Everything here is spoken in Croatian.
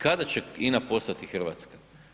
Kada će INA postati hrvatska?